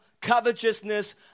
covetousness